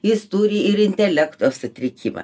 jis turi ir intelekto sutrikimą